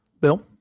Bill